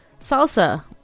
salsa